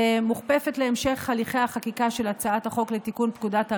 מוכפפת להמשך הליכי החקיקה של הצעת החוק לתיקון פקודת הראיות,